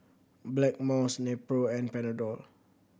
Blackmores Nepro and Panadol